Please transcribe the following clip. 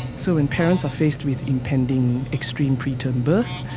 so when parents are faced with impending extreme preterm birth,